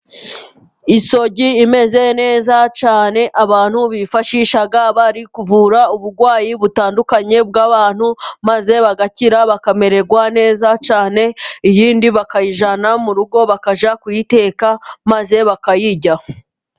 Isogi imeze neza cyane. Abantu bifashisha bari kuvura uburwayi butandukanye bw'abantu, maze bagakira bakamererwa neza cyane. Iyindi bakayijyana mu rugo bakajya kuyiteka maze bakayirya.